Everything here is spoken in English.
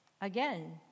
Again